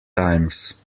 times